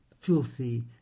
filthy